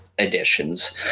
editions